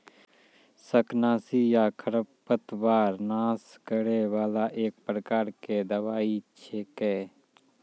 शाकनाशी या खरपतवार नाश करै वाला एक प्रकार के दवाई छेकै